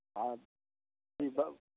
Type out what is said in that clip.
हॅं जी तब